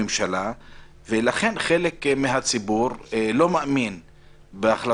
לממשלה ואמרנו שלדעתנו היו לא נכונים.